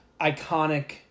iconic